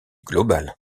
globale